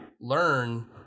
learn